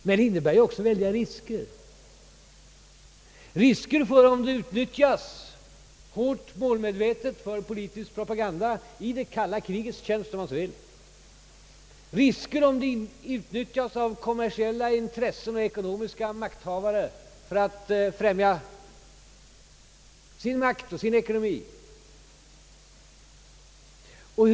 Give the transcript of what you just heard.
Men det innebär också en hel del risker, om det utnyttjas hårt och målmedvetet för politisk propaganda — i det kalla krigets tjänst, om man så vill — eller om det utnyttjas av kommersiella intressen och ekonomiska makthavare för att främja deras makt och deras ekonomi.